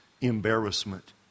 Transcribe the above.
embarrassment